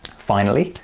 finally,